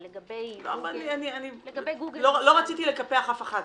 אבל לגבי גוגל -- לא רציתי לקפח אף אחת,